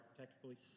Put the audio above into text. technically